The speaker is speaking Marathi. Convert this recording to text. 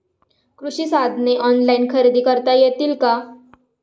कृषी साधने ऑनलाइन खरेदी करता येतील का?